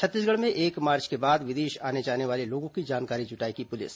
छत्तीसगढ़ में एक मार्च के बाद विदेश आने जाने वाले लोगों की जानकारी जुटाएगी पुलिस